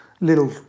little